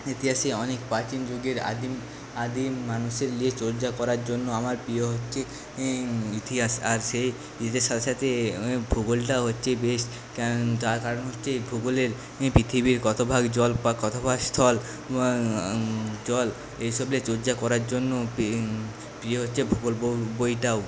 ইতিহাসে অনেক প্রাচীন যুগের আদিম আদিম মানুষের নিয়ে চর্চা করার জন্য আমার প্রিয় হচ্ছে ইতিহাস আর সে ইতিহাসের সাথে সাথে ভূগোল টাও হচ্ছে বেশ তার কারণ হচ্ছে ভূগোলের পৃথিবীর কত ভাগ জল বা কত ভাগ স্থল জল এসব নিয়ে চর্চা করার জন্য প্রিয় হচ্ছে ভূগোল বইটাও